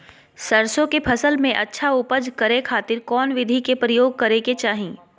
सरसों के फसल में अच्छा उपज करे खातिर कौन विधि के प्रयोग करे के चाही?